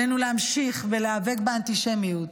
עלינו להמשיך ולהיאבק באנטישמיות,